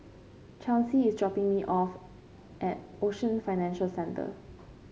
Chauncey is dropping me off at Ocean Financial Centre